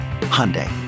Hyundai